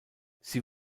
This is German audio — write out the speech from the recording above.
sie